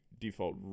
default